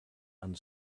and